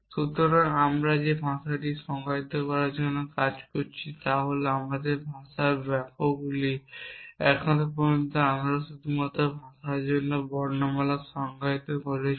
সুতরাং আমরা যে ভাষাটিকে সংজ্ঞায়িত করার জন্য কাজ করছি তা হল আমাদের ভাষার বাক্যগুলি এখন পর্যন্ত আমরা শুধুমাত্র ভাষার জন্য বর্ণমালা সংজ্ঞায়িত করেছি